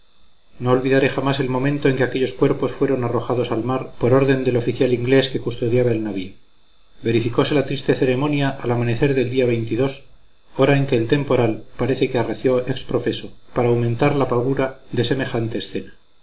no olvidaré jamás el momento en que aquellos cuerpos fueron arrojados al mar por orden del oficial inglés que custodiaba el navío verificose la triste ceremonia al amanecer del día hora en que el temporal parece que arreció exprofeso para aumentar la pavura de semejante escena